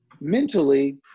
mentally